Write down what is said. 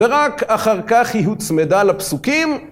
ורק אחר כך היא הוצמדה לפסוקים.